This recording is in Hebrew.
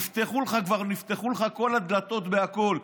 כבר נפתחו לך כל הדלתות בכול.